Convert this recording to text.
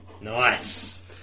nice